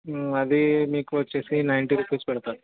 అది మీకు వచ్చేసి నైంటీ రూపీస్ పడుతుంది